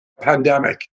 pandemic